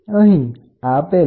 તો અહીં સ્ટીફનેસ આપેલ છે